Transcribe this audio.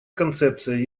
концепция